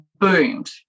boomed